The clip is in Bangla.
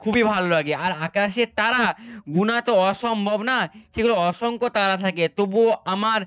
খুবই ভালো লাগে আর আকাশের তারা গোনা তো অসম্ভব না সেইগুলো অসংখ্য তারা থাকে তবুও আমার